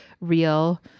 real